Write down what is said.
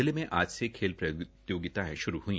जिले में आज से खेल प्रतियोगितायें श्रू हुई